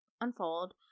unfold